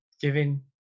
giving